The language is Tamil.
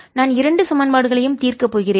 நான் இரண்டு சமன்பாடுகளையும் தீர்க்க போகிறேன்